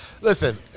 Listen